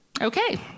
Okay